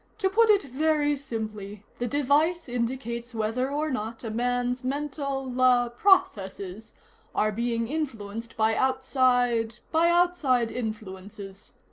to put it very simply, the device indicates whether or not a man's mental ah processes are being influenced by outside by outside influences.